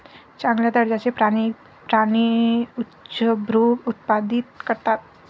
चांगल्या दर्जाचे प्राणी प्राणी उच्चभ्रू उत्पादित करतात